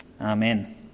Amen